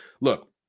look